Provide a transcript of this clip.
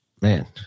Man